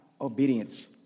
obedience